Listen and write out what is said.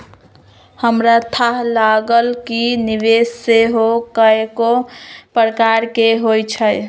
हमरा थाह लागल कि निवेश सेहो कएगो प्रकार के होइ छइ